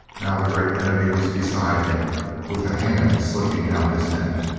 now the great enemy was beside him with a hand slipping down his neck.